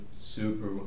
Super